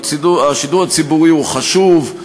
השידור הציבורי הוא חשוב.